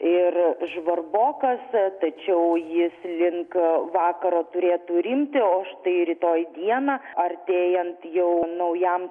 ir žvarbokas tačiau jis link vakaro turėtų rimti o štai rytoj dieną artėjant jau naujam